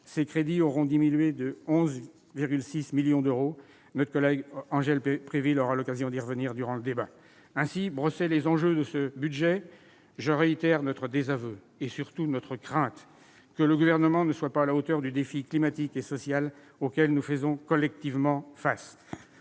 les crédits auront diminué de 11,6 millions d'euros. Notre collègue Angèle Préville aura l'occasion d'y revenir durant le débat. Les enjeux de ce budget étant ainsi brossés, je réitère notre désaveu, et surtout notre crainte que le Gouvernement ne soit pas à la hauteur du défi climatique et social auquel nous faisons collectivement face.